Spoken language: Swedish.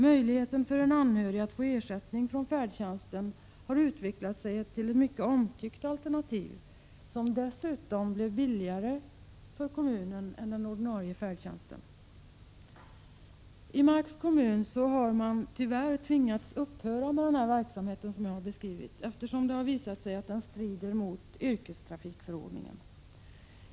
Möjligheten för en anhörig att få ersättning från färdtjänsten hade utvecklats sig till ett mycket omtyckt alternativ, som dessutom blev billigare för kommunen än den ordinarie färdtjänsten. I Marks kommun har man tyvärr tvingats upphöra med denna verksamhet, eftersom det har visat sig att den strider mot yrkestrafikförordningen.